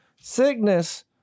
sickness